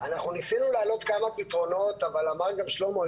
אנחנו ניסינו להעלות כמה פתרונות אבל אמר גם שלמה,